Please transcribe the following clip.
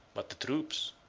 but the troops,